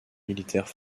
militaires